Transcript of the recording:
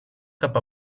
cap